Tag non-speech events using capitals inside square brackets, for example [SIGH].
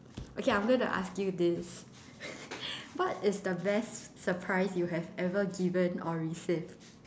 okay I'm gonna ask you this [LAUGHS] what is the best surprise you have ever given or received